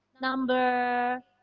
number